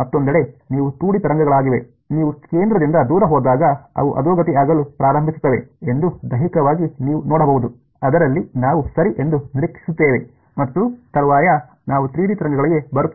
ಮತ್ತೊಂದೆಡೆ ಇವು 2 ಡಿ ತರಂಗಗಳಾಗಿವೆ ನೀವು ಕೇಂದ್ರದಿಂದ ದೂರ ಹೋದಾಗ ಅವು ಅಧೋಗತಿ ಆಗಲು ಪ್ರಾರಂಭಿಸುತ್ತವೆ ಎಂದು ದೈಹಿಕವಾಗಿ ನೀವು ನೋಡಬಹುದು ಅದರಲ್ಲಿ ನಾವು ಸರಿ ಎಂದು ನಿರೀಕ್ಷಿಸುತ್ತೇವೆ ಮತ್ತು ತರುವಾಯ ನಾವು 3 ಡಿ ತರಂಗಗಳಿಗೆ ಬರುತ್ತೇವೆ